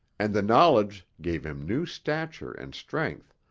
and the knowledge gave him new stature and strength,